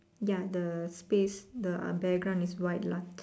ya the space the uh background is white lah